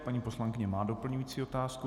Paní poslankyně má doplňující otázku.